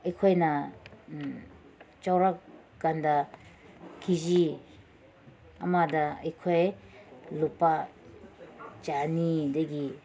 ꯑꯩꯈꯣꯏꯅ ꯆꯥꯎꯔꯛꯑꯀꯥꯟꯗ K G ꯑꯃꯗ ꯑꯩꯈꯣꯏ ꯂꯨꯄꯥ ꯆꯅꯤꯗꯒꯤ